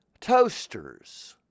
toasters